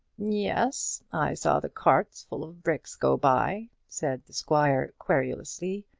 yes i saw the carts full of bricks go by, said the squire, querulously.